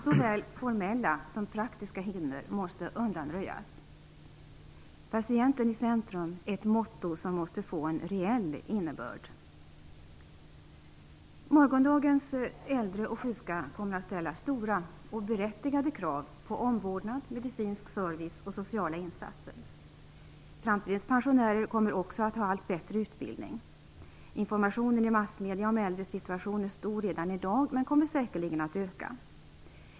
Såväl formella som praktiska hinder måste undanröjas. "Patienten i centrum" är ett motto som måste få en reell innebörd. Morgondagens äldre och sjuka kommer att ställa stora - och berättigade - krav på omvårdnad, medicinsk service och sociala insatser. Framtidens pensionärer kommer också att ha allt bättre utbildning. Informationen i massmedierna om äldres situation är omfattande redan i dag men kommer säkerligen att öka.